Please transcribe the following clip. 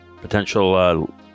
potential